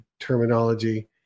terminology